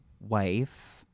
wife